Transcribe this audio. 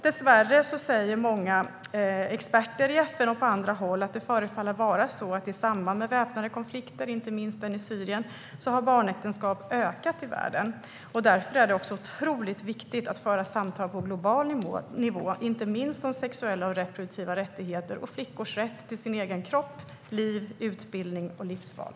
Dessvärre säger många experter i FN och på andra håll att barnäktenskapen i samband med väpnade konflikter, inte minst den i Syrien, förefaller ha ökat i världen. Därför är det otroligt viktigt att föra samtal också på global nivå, inte minst om sexuella och reproduktiva rättigheter samt flickors rätt till sin egen kropp, liv, utbildning och livsval.